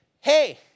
hey